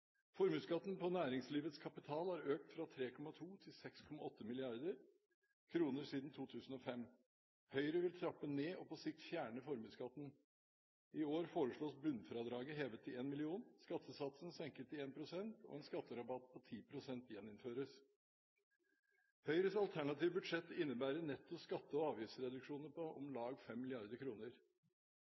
Formuesskatten på næringslivets kapital har økt fra 3,2 mrd. kr til 6,8 mrd. kr siden 2005. Høyre vil trappe ned og på sikt fjerne formuesskatten. I år foreslås bunnfradraget hevet til 1 mill. kr, skattesatsen senket til 1 pst., og en aksjerabatt på 10 pst. gjeninnført. Høyres alternative budsjett innebærer netto skatte- og avgiftsreduksjoner på om lag